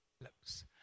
lips